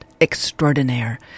extraordinaire